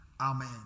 amen